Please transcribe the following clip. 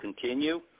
continue